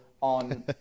on